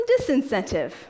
disincentive